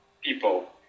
people